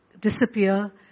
disappear